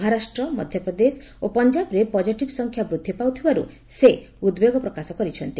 ମହାରାଷ୍ଟ୍ର ମଧ୍ୟପ୍ଦେଶ ଓ ପଞ୍ଜାବରେ ପଜିଟିଭ୍ ସଂଖ୍ୟା ବୃଦ୍ଧି ପାଉଥିବାରୁ ସେ ଉଦ୍ବେଗ ପ୍ରକାଶ କରିଛନ୍ତି